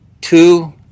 two